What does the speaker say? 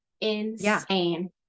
Insane